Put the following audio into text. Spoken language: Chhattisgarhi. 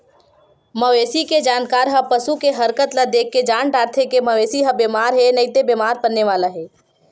मवेशी के जानकार ह पसू के हरकत ल देखके जान डारथे के मवेशी ह बेमार हे नइते बेमार परने वाला हे